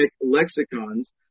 lexicons